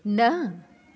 न